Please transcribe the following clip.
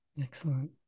Excellent